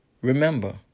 Remember